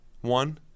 one